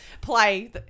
play